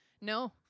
no